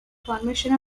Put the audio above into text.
formation